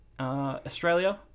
Australia